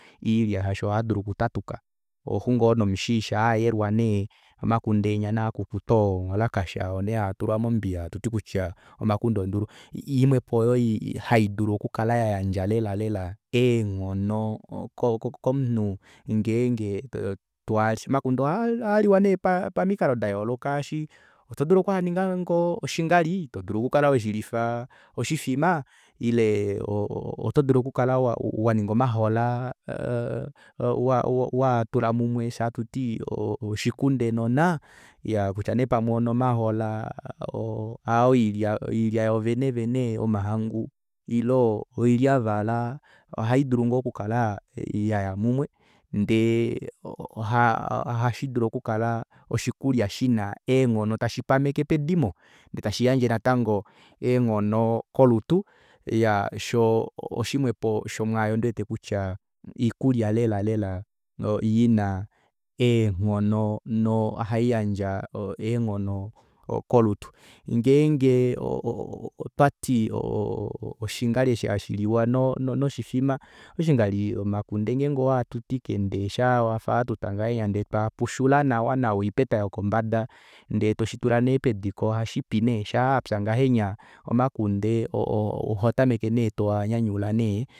Oilya shaashi ohaadulu okutatuka ohoxu ngoo nomushi shaa ayelwa nee omakunde enya nee akukutu omuwalakasha oo nee hatulwa mombiya hatuti kutya omakunde ondulu oimwepo oyo haidulu okukala yayandja lela lela eenghono koumunhu ngenge twaali omakunde ohaaliwa nee pamikalo dayooloka oto dulu okwaninga oshingali todulu okukala weshilifa oshifima ile otodulu okukala wa waninga omahola waatula mumwe fyee hatuti oshikunde nona iyaa kutya nee pamwe onomahola oo oilya yoovene yomahangu ile oilyavala ohaidulu ngoo okukala yaya mumwe ndee ohashidulu okukala oshikulya shina eenghono tashipameke pedimo ndee tashiyandje natango eenghono kolutu iya oshimwepo shomwaayo ndiwete kutya oikulya ina eenghono nohaiyandje eenghono kolutu ngenge otwati oshinghali eshi hashiliwa noshifima oshingali ngenge omakunde owaatutike ndee shaawafa atuta nawa ohatwaatula nee pediko ndee shaa apya ngahenya omakunde ohotameke nee toanyanyula nee